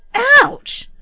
ouch!